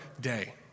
day